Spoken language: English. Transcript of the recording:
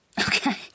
Okay